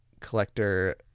collector